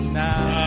now